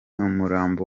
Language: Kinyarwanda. umurambo